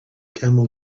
camel